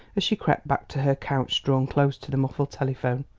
as she crept back to her couch drawn close to the muffled telephone,